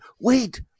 wait